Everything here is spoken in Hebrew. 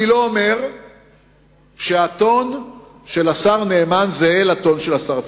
אני לא אומר שהטון של השר נאמן זהה לטון של השר פרידמן.